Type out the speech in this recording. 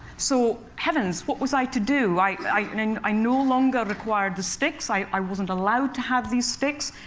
so heavens! what was i to do? like i mean i no longer required the sticks. i i wasn't allowed to have these sticks.